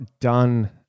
done